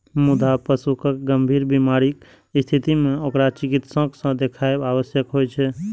मुदा पशुक गंभीर बीमारीक स्थिति मे ओकरा चिकित्सक सं देखाएब आवश्यक होइ छै